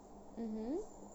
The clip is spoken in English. mm